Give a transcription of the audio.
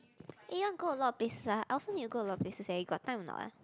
eh you want go a lot of places ah I also need to go a lot of places eh you got time or not ah